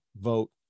vote